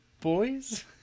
boys